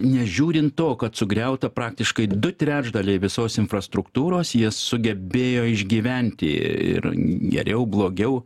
nežiūrint to kad sugriauta praktiškai du trečdaliai visos infrastruktūros jie sugebėjo išgyventi ir geriau blogiau